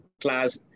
class